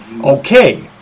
okay